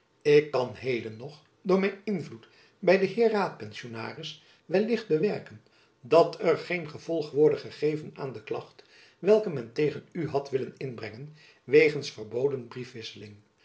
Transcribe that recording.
ik kan heden nog door mijn invloed by den heer raadpensionaris wellicht bewerken dat er geen gevolg worde gegeven aan de klacht welke men tegen u had willen inbrengen wegens verboden briefwisseling